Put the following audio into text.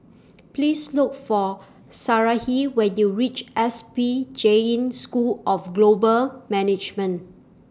Please Look For Sarahi when YOU REACH S P Jain School of Global Management